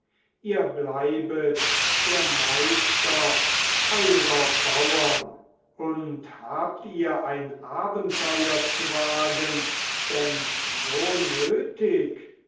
ihr bleibet der meister eurer bauern und habt ihr ein abenteuer zu wagen denn so nötig